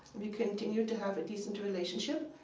we continued to have a decent relationship,